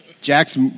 Jack's